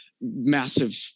massive